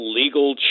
legal